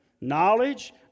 knowledge